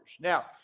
Now